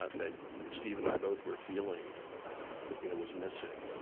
that steve and i both were feeling you know was missing,